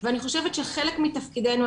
ואני חושבת שחלק מתפקידנו,